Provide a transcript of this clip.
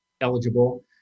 eligible